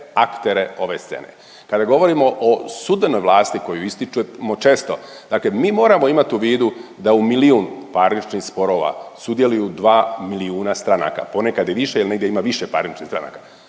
aktere ove scene. Kada govorimo o sudbenoj vlasti koju ističemo često, dakle mi moramo imat u vidu da u milijun parničnim sporova sudjeluju dva milijuna stranaka, ponekad i više jel negdje ima više parničnih stranaka,